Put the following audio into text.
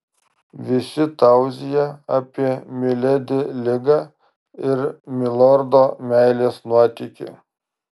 visi tauzija apie miledi ligą ir milordo meilės nuotykį